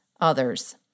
others